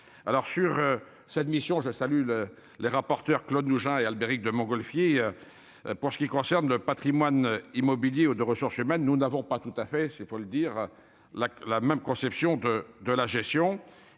alors sur cette mission je salue le les rapporteurs, Claude Mougin et Albéric de Montgolfier pour ce qui concerne le Patrimoine immobilier ou de ressources humaines, nous n'avons pas tout à fait c'est faut le dire la la même conception de de la gestion,